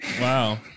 Wow